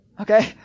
Okay